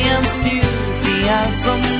enthusiasm